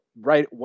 right